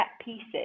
pieces